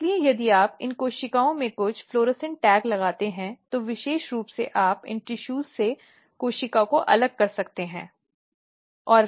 इसलिए यदि आप इन कोशिकाओं में कुछ फ़्लॉसेंट टैग लगाते हैं तो विशेष रूप से आप इन टीशूज से कोशिकाओं को अलग कर सकते हैं